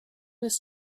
was